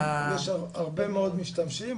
יש הרבה מאוד משתמשים,